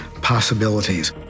possibilities